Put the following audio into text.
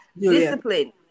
Discipline